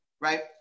right